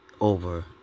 over